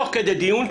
תוך כדי דיון,